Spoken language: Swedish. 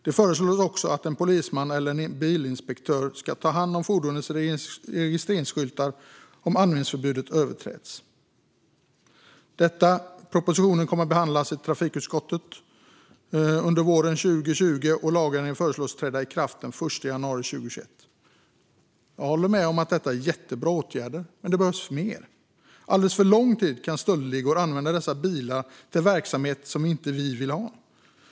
Det föreslås också att en polisman eller en bilinspektör ska ta hand om fordonets registreringsskyltar om användningsförbudet överträds. Propositionen kommer att behandlas i trafikutskottet under våren 2020, och lagändringen föreslås träda i kraft den 1 januari 2021. Jag håller med om att detta är jättebra åtgärder, men det behövs mer. Alldeles för lång tid kan stöldligorna använda dessa bilar till verksamhet som vi inte vill ha.